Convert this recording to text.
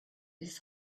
his